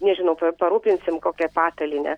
nežinau pa parūpinsim kokią patalynę